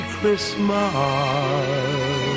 Christmas